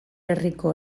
herriko